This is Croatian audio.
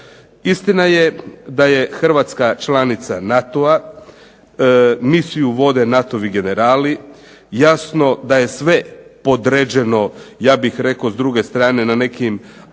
Istina je da je Hrvatska NATO-va članica, misiju vode NATO-vi generali, jasno je da je sve podređeno, ja bih rekao s druge strane na nekim američkim